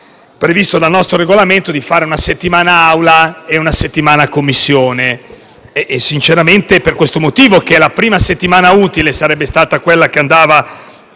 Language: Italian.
previsto dal nostro Regolamento, di fare una settimana Aula e una settimana Commissione ed è per questo motivo che la prima settimana utile è quella che va